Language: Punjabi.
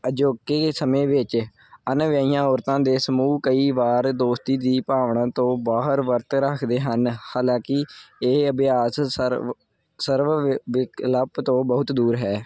ਅਜੋਕੇ ਸਮੇਂ ਵਿੱਚ ਅਣਵਿਆਹੀਆਂ ਔਰਤਾਂ ਦੇ ਸਮੂਹ ਕਈ ਵਾਰ ਦੋਸਤੀ ਦੀ ਭਾਵਨਾ ਤੋਂ ਬਾਹਰ ਵਰਤ ਰੱਖਦੇ ਹਨ ਹਾਲਾਂਕਿ ਇਹ ਅਭਿਆਸ ਸਰਵ ਸਰਵ ਵਿ ਵਿਕਲੱਪ ਤੋਂ ਬਹੁਤ ਦੂਰ ਹੈ